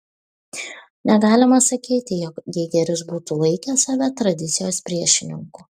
negalima sakyti jog geigeris būtų laikęs save tradicijos priešininku